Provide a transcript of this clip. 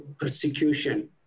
persecution